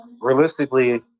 realistically